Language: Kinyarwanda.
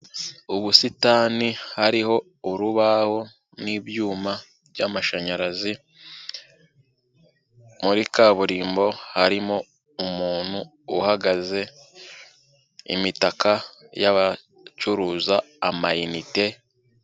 Ubusitani hariho urubaho n'ibyuma by'amashanyarazi muri kaburimbo harimo umuntu uhagaze, imitaka y'abacuruza amayinite.